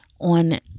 on